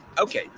Okay